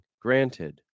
granted